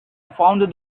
founded